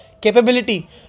capability